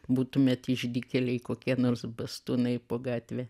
būtumėt išdykėliai kokie nors bastūnai po gatvę